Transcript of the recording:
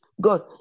God